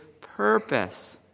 purpose